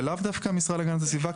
ולאו דווקא המשרד להגנת הסביבה,